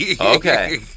Okay